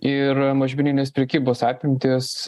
ir mažmeninės prekybos apimtys